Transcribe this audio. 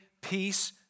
peace